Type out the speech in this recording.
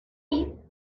oli